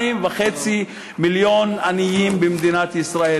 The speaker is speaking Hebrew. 2.5 מיליון עניים יש במדינת ישראל,